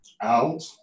out